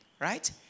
right